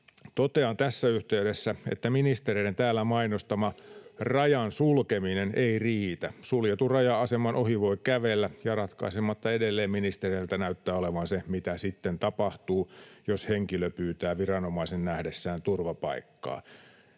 Totean tässä yhteydessä, että ministereiden täällä mainostama rajan sulkeminen ei riitä. Suljetun raja-aseman ohi voi kävellä, ja ratkaisematta edelleen ministereiltä näyttää olevan se, mitä sitten tapahtuu, jos henkilö pyytää viranomaisen nähdessään turvapaikkaa,